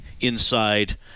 inside